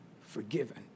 forgiven